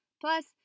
Plus